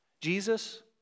Jesus